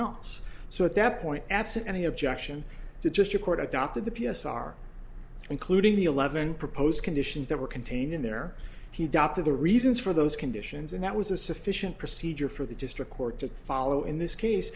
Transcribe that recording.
else so at that point absent any objection to just record adopted the p s r including the eleven proposed conditions that were contained in there he doctor the reasons for those conditions and that was a sufficient procedure for the district court to follow in this case